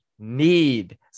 Need